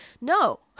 no